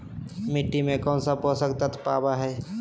मिट्टी में कौन से पोषक तत्व पावय हैय?